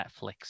Netflix